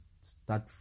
start